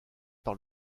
par